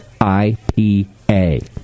IPA